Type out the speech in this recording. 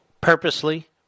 purposely